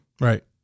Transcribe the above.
right